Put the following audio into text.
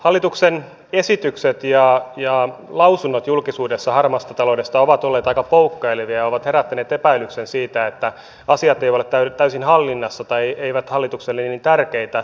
hallituksen esitykset ja lausunnot julkisuudessa harmaasta taloudesta ovat olleet aika poukkoilevia ja ovat herättäneet epäilyksen siitä että asiat eivät ole täysin hallinnassa tai eivät hallitukselle niin tärkeitä